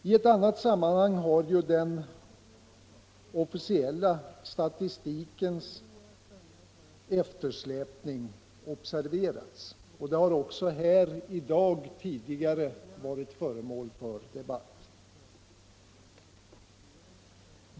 I ett annat sammanhang har ju den officiella statistikens eftersläpning observerats, och detta har också här i dag tidigare varit föremål för debatt.